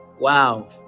wow